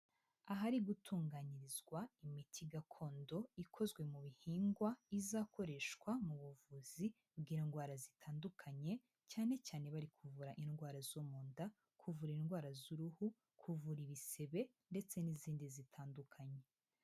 Ahari gutunganyirizwa imiti gakondo ikozwe mu bihingwa izakoreshwa mu buvuzi bw'indwara zitandukanye cyane cyane bari kuvura indwara zo mu nda, kuvura indwara z'uruhu, kuvura ibisebe ndetse n'izindi zitandukanye.